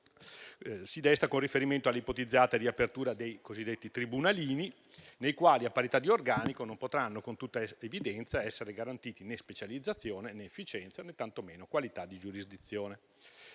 si desta con riferimento all'ipotizzata riapertura dei cosiddetti tribunalini, nei quali a parità di organico, con tutta evidenza, non potranno essere garantiti né specializzazione, né efficienza, né tantomeno qualità di giurisdizione.